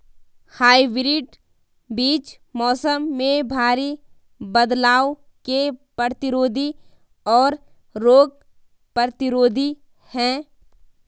hybrid बीज मौसम में भारी बदलाव के प्रतिरोधी और रोग प्रतिरोधी हैं